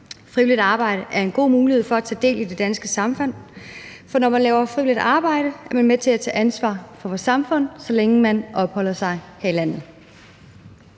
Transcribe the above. Frivilligt arbejde er en god mulighed for at tage del i det danske samfund, for når man laver frivilligt arbejde, er man med til at tage medansvar for vores samfund, så længe man opholder sig her i landet.